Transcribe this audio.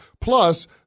Plus